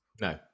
No